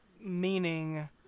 meaning